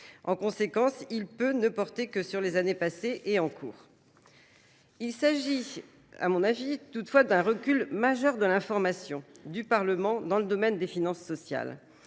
En conséquence, il peut ne porter que sur les années passées et en cours. Il s'agit à mon avis toutefois d'un recul majeur de l'information du Parlement dans le domaine des finances sociales.